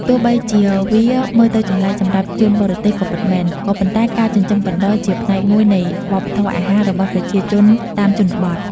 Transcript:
ទោះបីជាវាមើលទៅចម្លែកសម្រាប់ជនបរទេសក៏ពិតមែន ក៏ប៉ុន្តែការចិញ្ចឹមកណ្តុរជាផ្នែកមួយនៃវប្បធម៌អាហាររបស់ប្រជាជនតាមជនបទ។